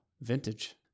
vintage